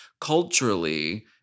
culturally